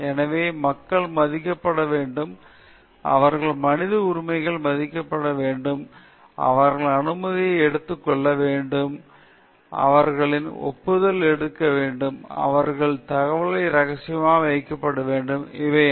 எனவே மக்கள் மதிக்கப்பட வேண்டும் அவர்களின் மனித உரிமைகள் மதிக்கப்பட வேண்டும் அவர்களின் அனுமதியை எடுத்துக் கொள்ள வேண்டும் அவர்களின் ஒப்புதல் எடுக்கப்பட வேண்டும் அவற்றின் தகவல்கள் இரகசியமாக வைக்கப்பட வேண்டும் இவை அனைத்தும் உயர்த்தப்பட்டுள்ளன